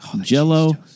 jello